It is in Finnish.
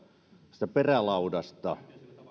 siitä perälaudasta